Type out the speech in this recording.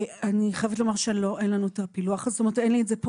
אני חייבת לומר שאין לנו את הפילוח הזה פה.